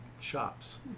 shops